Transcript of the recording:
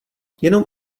jenom